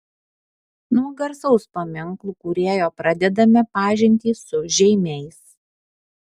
nuo garsaus paminklų kūrėjo pradedame pažintį su žeimiais